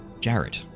Jared